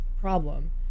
problem